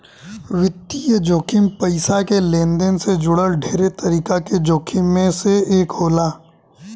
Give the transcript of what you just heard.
वित्तीय जोखिम पईसा के लेनदेन से जुड़ल ढेरे तरीका के जोखिम में से एक होला